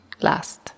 last